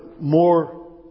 more